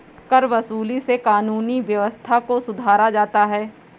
करवसूली से कानूनी व्यवस्था को सुधारा जाता है